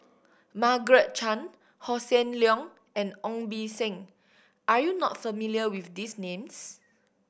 Margaret Chan Hossan Leong and Ong Beng Seng are you not familiar with these names